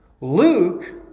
Luke